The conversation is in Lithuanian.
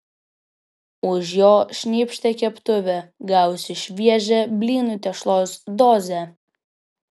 už jo šnypštė keptuvė gavusi šviežią blynų tešlos dozę